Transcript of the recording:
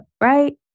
right